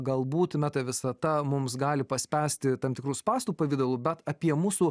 galbūt meta visata mums gali paspęsti tam tikrų spąstų pavidalu bet apie mūsų